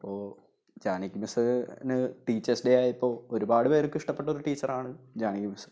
അപ്പോള് ജാനകി മിസ്സിന് teachers day ആയപ്പോള് ഒരുപാട് പേർക്ക് ഇഷ്ടപ്പെട്ടൊരു ടീച്ചറാണ് ജാനകി മിസ്സ്